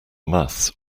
maths